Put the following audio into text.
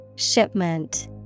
Shipment